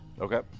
Okay